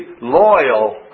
loyal